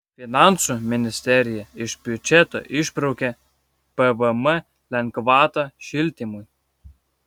finansų ministerija iš biudžeto išbraukė pvm lengvatą šildymui